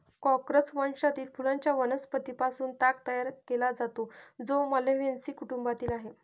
Corchorus वंशातील फुलांच्या वनस्पतीं पासून ताग तयार केला जातो, जो माल्व्हेसी कुटुंबातील आहे